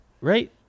Right